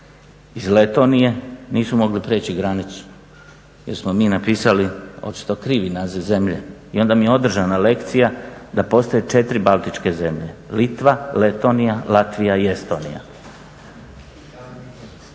iz Letonije nisu mogli priječi granicu, jer smo mi napisali očito krivi naziv zemlje. I onda mi je održana lekcija da postoje četiri baltičke zemlje: Litva, Letonija, Latvija i Estonija.